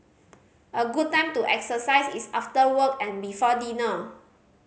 a good time to exercise is after work and before dinner